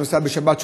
שנוסע בשבת,